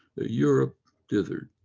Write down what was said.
ah europe dithered.